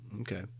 Okay